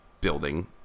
building